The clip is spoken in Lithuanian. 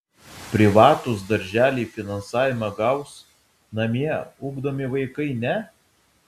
privatūs darželiai finansavimą gaus namie ugdomi vaikai ne